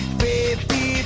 baby